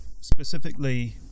specifically